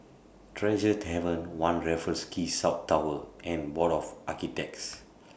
Tresor Tavern one Raffles Quay South Tower and Board of Architects